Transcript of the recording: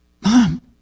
Mom